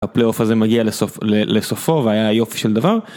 הפלייאוף הזה מגיע לסוף לסופו והיה יופי של דבר.